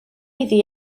iddi